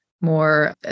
more